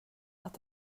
att